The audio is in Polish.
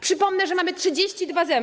Przypomnę, że mamy 32 zęby.